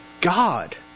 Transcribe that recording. God